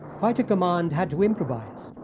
fighter command had to improvise.